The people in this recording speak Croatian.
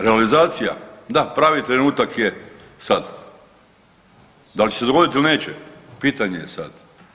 Realizacija, da, pravi trenutak je sad, da li će se dogoditi ili neće pitanje je sad.